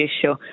issue